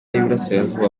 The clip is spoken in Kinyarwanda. y’uburasirazuba